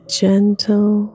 gentle